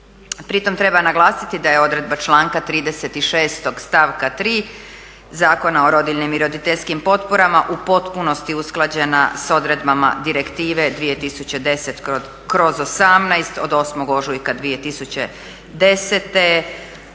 Pri tome treba naglasiti da je odredba članka 36. stavka 3. Zakona o rodiljnim i roditeljskim potporama u potpunosti usklađena sa odredbama Direktive 2010/18 od 9. ožujka 2010.